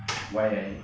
why I